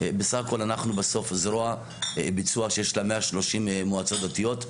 בסך הכול אנחנו בסוף זרוע ביצוע שיש לה 130 מועצות דתיות.